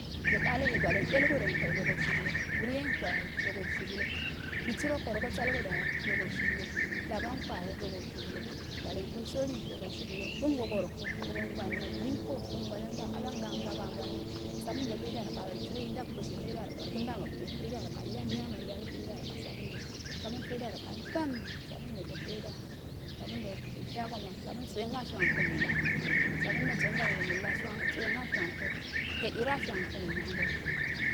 Aədalohe ale dəlgoduyen koye e bogogshi ulo brinko yahe bogosho shibulo bisirokoro gosa igodo yahe bogoshibwelo labowanko yahe bogov shibulo gwelenkoisoli bogo shiblo kango goroko bogoubando linko yohe bonmbangəda abandan bogo abandan bogo abando sabundo jada rokado sərogi ndag pishid jeida rokado kənda məkbe heida rokado mailae sabun jeidarokalbarn sabundo mbtsuwe agol shuwonko ma alla sabuwano bojeida sabun naso ndalido mbtsuwenda shuwan ko malla hedera shuwomko molmangoyo,